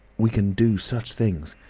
we can do such things.